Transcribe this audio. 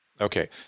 Okay